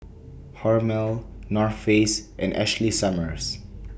Hormel North Face and Ashley Summers